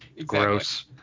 gross